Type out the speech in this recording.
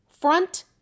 front